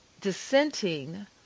dissenting